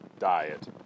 diet